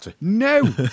no